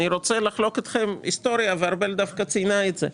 אני רוצה לחלוק אתכם היסטוריה וארבל דווקא ציינה את זה.